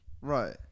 Right